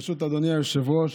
ברשות אדוני היושב-ראש,